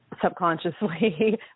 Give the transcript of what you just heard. subconsciously